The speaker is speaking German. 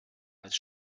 als